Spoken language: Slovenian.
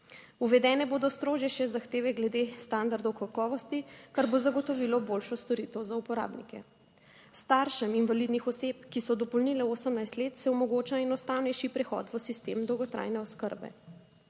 Uvedene bodo strožje zahteve glede standardov kakovosti, kar bo zagotovilo boljšo storitev za uporabnike. Staršem invalidnih oseb, ki so dopolnile 18 let, se omogoča enostavnejši prehod v sistem dolgotrajne oskrbe.